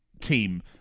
team